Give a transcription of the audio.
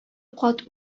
кат